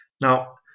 now